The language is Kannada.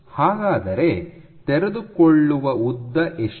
ಹಾಗಾದರೆ ತೆರೆದುಕೊಳ್ಳುವ ಉದ್ದ ಎಷ್ಟು